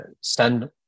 send